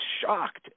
shocked